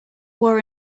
wore